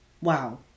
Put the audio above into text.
Wow